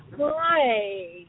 Hi